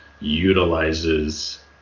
utilizes